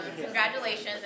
congratulations